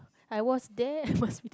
I was there